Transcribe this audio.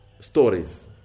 stories